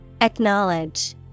Acknowledge